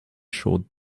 short